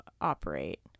operate